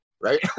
Right